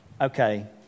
Okay